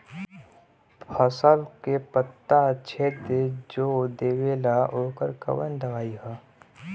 फसल के पत्ता छेद जो देवेला ओकर कवन दवाई ह?